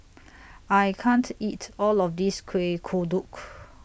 I can't eat All of This Kueh Kodok